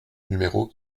numéro